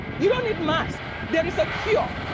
you don't need mask. there is a cure.